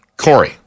Corey